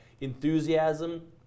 enthusiasm